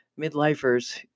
midlifers